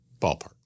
Ballpark